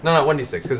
no, one d six,